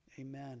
amen